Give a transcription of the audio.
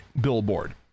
billboard